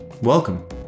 Welcome